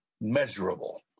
measurable